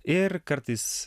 ir kartais